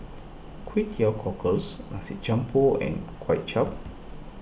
Kway Teow Cockles Nasi Campur and Kway Chap